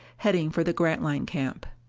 heading for the grantline camp.